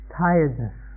tiredness